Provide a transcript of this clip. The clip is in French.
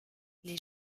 les